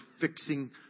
fixing